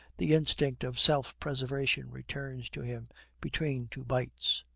the instinct of self-preservation returns to him between two bites.